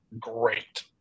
great